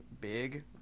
big